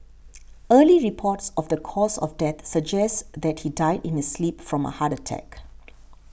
early reports of the cause of death suggests that he died in his sleep from a heart attack